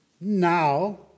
Now